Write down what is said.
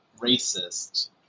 racist